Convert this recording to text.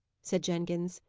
said jenkins.